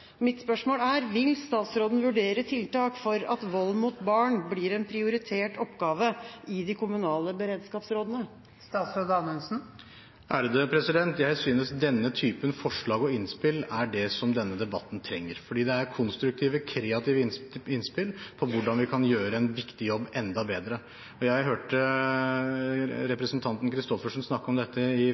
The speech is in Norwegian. Mitt spørsmål er: Vil statsråden vurdere tiltak for at vold mot barn blir en prioritert oppgave i de kommunale beredskapsrådene? Jeg synes denne typen forslag og innspill er det som denne debatten trenger. Det er konstruktive og kreative innspill på hvordan vi kan gjøre en viktig jobb enda bedre. Jeg hørte representanten Christoffersen snakke om dette i